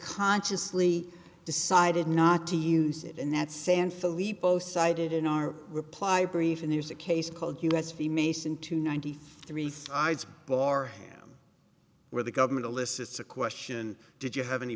consciously decided not to use it and that sand filippo cited in our reply brief and there's a case called us fee may seem to ninety three sides boreham where the government elicits a question did you have any